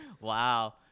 Wow